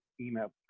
email